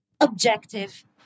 objective